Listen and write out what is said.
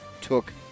took –